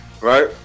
right